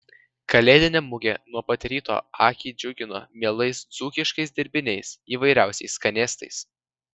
kalėdinė mugė nuo pat ryto akį džiugino mielais dzūkiškais dirbiniais įvairiausiais skanėstais